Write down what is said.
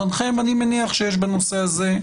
אני מניח שיש בנושא הזה דיונים.